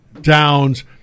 downs